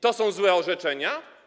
To są złe orzeczenia?